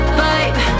vibe